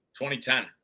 2010